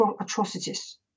atrocities